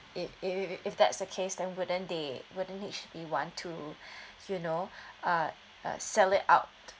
if if if that's the case then wouldn't they wouldn't H_D_B want to you know uh uh sell it out